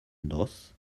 dos